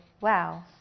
wow